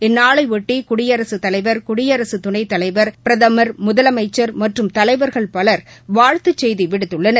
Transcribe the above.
இந்நாளையொட்டி குடியரசுத் தலைவர் குடியரசுத் துணைத்தலைவர் பிரதமர் முதலமைச்சர் மற்றும் தலைவர்கள் பலர் வாழ்த்துச் செய்தி விடுத்துள்ளனர்